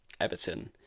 Everton